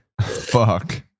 Fuck